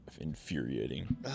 infuriating